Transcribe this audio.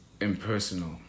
impersonal